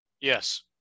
yes